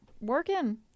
working